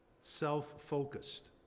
self-focused